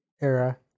era